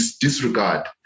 disregard